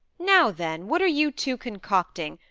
now, then! what are you two concocting?